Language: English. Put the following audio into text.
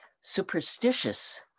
superstitious